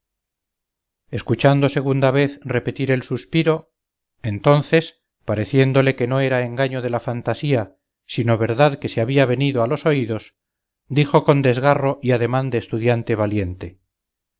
escuchando segunda vez repetir el suspiro entonces pareciéndole que no era engaño de la fantasía sino verdad que se había venido a los oídos dijo con desgarro y ademán de estudiante valiente